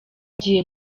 ngiye